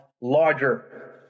larger